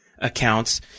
accounts